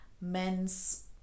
Men's